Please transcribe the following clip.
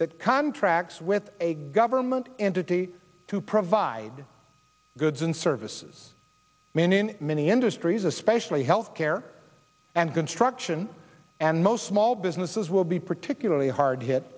that contracts with a government entity to provide goods and services mean in many industries especially health care and construction and most small businesses will be particularly hard hit